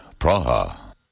Praha